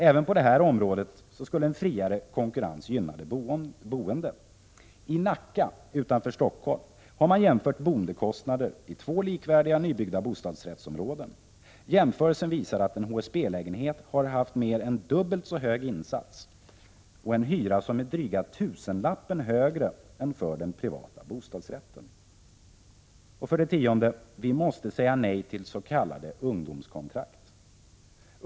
Även på detta område skulle en friare konkurrens gynna de boende. I Nacka, utanför Stockholm, har man jämfört boendekostnader i två likvärdiga nybyggda bostadsrättsområden. Jämförelsen visar att för en HSB-lägenhet krävts mer än dubbelt så hög insats, och hyran är dryga tusenlappen högre än för den privata bostadsrätten. 10. Vi måste säga nej till s.k. ungdomskontrakt.